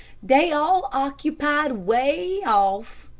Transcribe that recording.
dey all occupied way off.